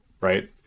right